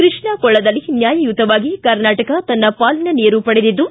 ಕೃಷ್ಣಾ ಕೊಳ್ಳದಲ್ಲಿ ನ್ಯಾಯಯುತವಾಗಿ ಕರ್ನಾಟಕ ತನ್ನ ಪಾಲಿನ ನೀರು ಪಡೆದಿದ್ದು